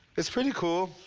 it's pretty cool.